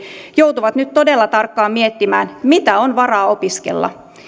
joutuvat nyt todella tarkkaan miettimään mitä on varaa opiskella